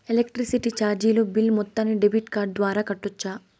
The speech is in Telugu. ఎలక్ట్రిసిటీ చార్జీలు బిల్ మొత్తాన్ని డెబిట్ కార్డు ద్వారా కట్టొచ్చా?